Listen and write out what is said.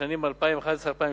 בשנים 2011 2012,